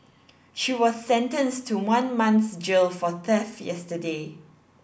she was sentenced to one month's jail for theft yesterday